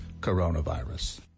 coronavirus